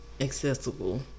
Accessible